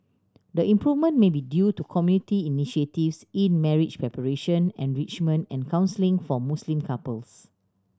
the improvement may be due to community initiatives in marriage preparation enrichment and counselling for Muslim couples